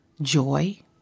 joy